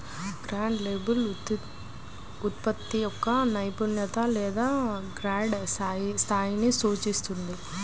grade label ఉత్పత్తి యొక్క నాణ్యత లేదా గ్రేడ్ స్థాయిని సూచిస్తుంది